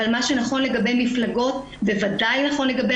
אבל מה שנכון לגבי מפלגות בוודאי נכון לגבי